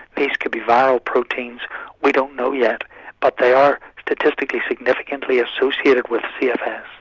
these could be viral proteins we don't know yet but they are statistically significantly associated with cfs.